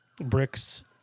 Bricks